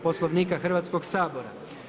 Poslovnika Hrvatskog sabora.